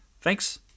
Thanks